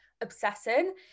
obsessing